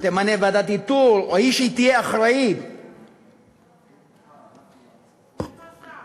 תמנה ועדת איתור, או שהיא תהיה אחראית, איפה השר?